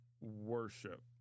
worship